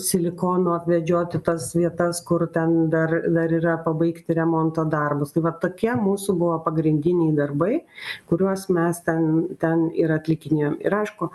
silikonu apvedžioti tas vietas kur ten dar dar yra pabaigti remonto darbus tai va tokie mūsų buvo pagrindiniai darbai kuriuos mes ten ten ir atlikinėjom ir aišku